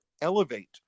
Elevate